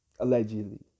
Allegedly